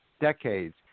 decades